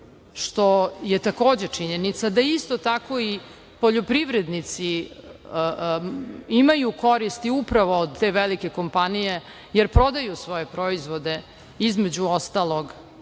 što je takođe činjenica, da isto tako i poljoprivrednici imaju koristi upravo od te velike kompanije, jer prodaju svoje proizvode, između ostalog,